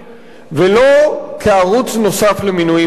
ולא כערוץ נוסף למינויים פוליטיים.